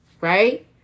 right